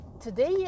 today